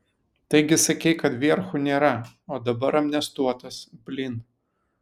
taigi sakei kad vierchų nėra o dabar amnestuotas blin